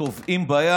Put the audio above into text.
טובעים בים,